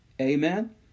Amen